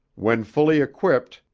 when fully equipped,